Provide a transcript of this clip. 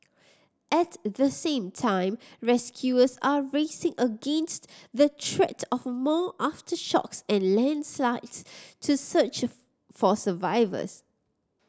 at the same time rescuers are racing against the threat of more aftershocks and landslides to search for survivors